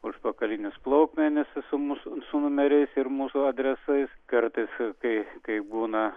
užpakalinius plaukmenis su mūsų su numeriais ir mūsų adresais kartais kai kai būna